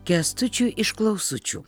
kęstučiui iš klausučių